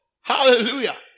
Hallelujah